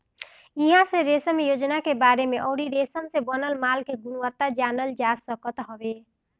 इहां से रेशम योजना के बारे में अउरी रेशम से बनल माल के गुणवत्ता जानल जा सकत हवे